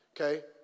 Okay